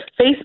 Facebook